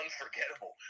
unforgettable